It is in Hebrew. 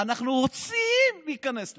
אנחנו רוצים להיכנס לזה.